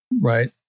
Right